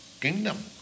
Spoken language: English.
kingdom